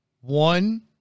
One